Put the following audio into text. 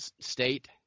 state